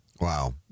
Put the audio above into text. Wow